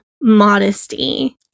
modesty